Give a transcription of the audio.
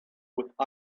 with